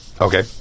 Okay